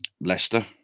Leicester